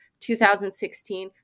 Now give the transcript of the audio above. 2016